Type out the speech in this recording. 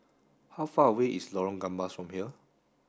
how far away is Lorong Gambas from here